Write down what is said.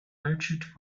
merchant